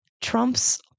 trumps